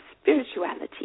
spirituality